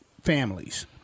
families